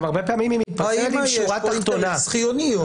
האם יש פה אינטרס חיוני.